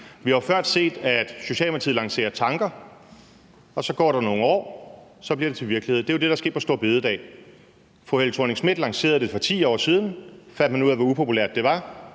Vi har jo før set, at Socialdemokratiet lancerer tanker, og så går der nogle år, og så bliver det til virkelighed. Det er jo det, der er sket med store bededag. Fru Helle Thorning-Schmidt lancerede det for 10 år siden, så fandt man ud af, hvor upopulært det var,